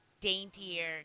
daintier